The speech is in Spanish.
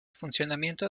funcionamiento